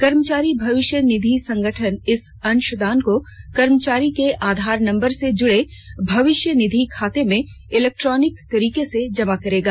कर्मचारी भविष्य निधि संगठन इस अंशदान को कर्मचारी के आधार नम्बर से जुडे भविष्य निधि खाते में इलेक्ट्रोनिक तरीके से जमा करेगा